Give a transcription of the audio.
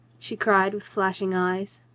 she cried with flashing eyes.